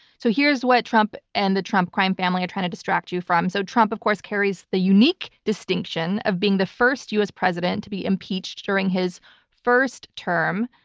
so, here's what trump and the trump crime family are trying to distract you from. so, trump of course carries a unique distinction of being the first us president to be impeached during his first term.